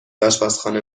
آشپزخانه